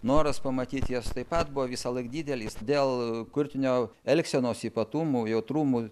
noras pamatyt juos taip pat buvo visąlaik didelis dėl kurtinio elgsenos ypatumų jautrumų